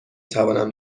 توانم